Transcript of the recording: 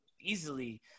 easily